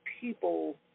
people